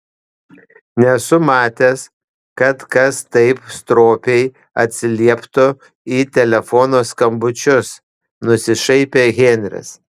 nesu matęs kad kas taip stropiai atsilieptų į telefono skambučius nusišaipė henris